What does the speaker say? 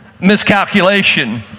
Miscalculation